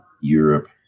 Europe